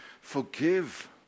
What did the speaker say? forgive